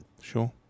Sure